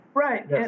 Right